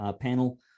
panel